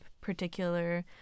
particular